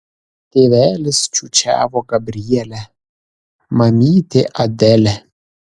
tėvelis čiūčiavo gabrielę mamytė adelę